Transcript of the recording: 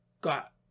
got